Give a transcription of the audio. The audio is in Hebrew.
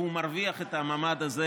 והוא מרוויח את הממ"ד הזה